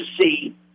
see